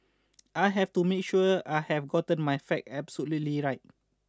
I have to make sure I have gotten my fact absolutely right